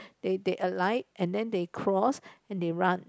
they they alight and then they cross and they run